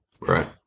Right